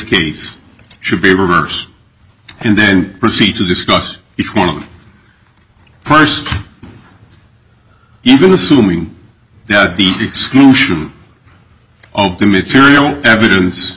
case should be able burst and then proceed to discuss each one of them first even assuming that the exclusion of the material evidence